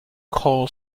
call